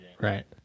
right